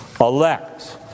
elect